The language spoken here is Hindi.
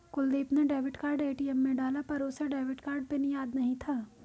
कुलदीप ने डेबिट कार्ड ए.टी.एम में डाला पर उसे डेबिट कार्ड पिन याद नहीं था